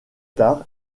tard